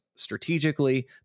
strategically